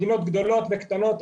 מדינות גדולות וקטנות,